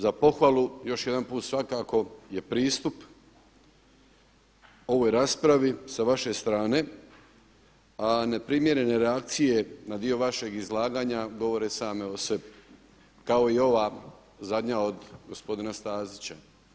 Za pohvalu još jedan put svakako je pristup ovoj raspravi sa vaše strane, a neprimjerene reakcije na dio vašeg izlaganja govore same o sebi kao i ova zadnja od gospodina Stazića.